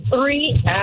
three